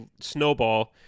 snowball